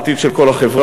העתיד של כל החברה,